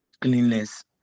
cleanliness